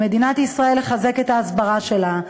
על מדינת ישראל לחזק את ההסברה שלה,